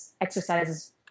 exercises